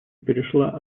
перешла